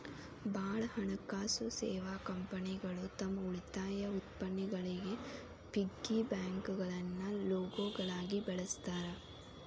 ಭಾಳ್ ಹಣಕಾಸು ಸೇವಾ ಕಂಪನಿಗಳು ತಮ್ ಉಳಿತಾಯ ಉತ್ಪನ್ನಗಳಿಗಿ ಪಿಗ್ಗಿ ಬ್ಯಾಂಕ್ಗಳನ್ನ ಲೋಗೋಗಳಾಗಿ ಬಳಸ್ತಾರ